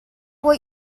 what